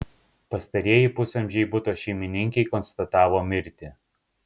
pastarieji pusamžei buto šeimininkei konstatavo mirtį